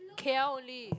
K_L only